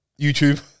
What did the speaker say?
YouTube